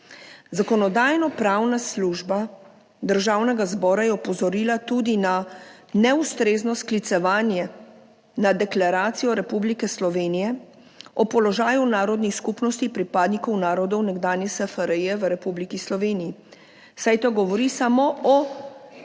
Zakonodajno-pravna služba Državnega zbora je opozorila tudi na neustrezno sklicevanje na Deklaracijo Republike Slovenije o položaju narodnih skupnosti pripadnikov narodov nekdanje SFRJ v Republiki Sloveniji, saj ta govori samo o